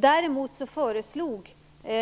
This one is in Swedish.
Däremot föreslog